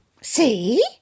See